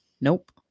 nope